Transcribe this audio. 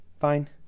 fine